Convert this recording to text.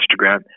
Instagram